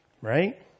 Right